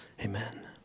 Amen